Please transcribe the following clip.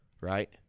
Right